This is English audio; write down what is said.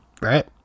Right